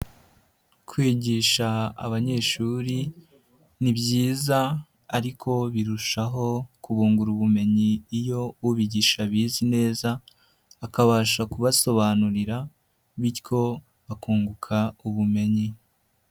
Kwigisha abanyeshuri ni byiza ariko birushaho kubungura ubumenyi iyo ubigisha abize neza, akabasha kubasobanurira bityo akunguka ubumenyi.